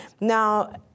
Now